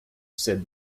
said